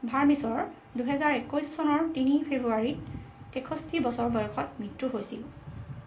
ভাৰ্মিচৰ দুহেজাৰ একৈছ চনৰ তিনি ফেব্ৰুৱাৰীত তেষষ্ঠি বছৰ বয়সত মৃত্যু হৈছিল